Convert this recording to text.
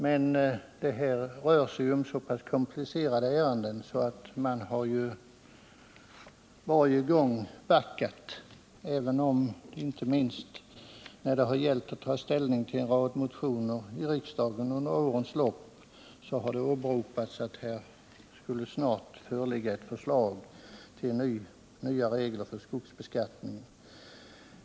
Det rör sig emellertid om så pass komplicerade ärenden att man varje gång har backat ur, även om man inte minst när det under årens lopp gällt att ta ställning till en rad motioner i riksdagen har åberopat att det snart skulle föreligga ett förslag om nya regler beträffande skogsbeskattningen.